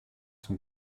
son